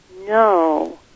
No